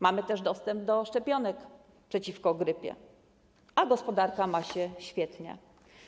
Mamy też dostęp do szczepionek przeciwko grypie, a gospodarka ma się świetnie.